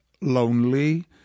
lonely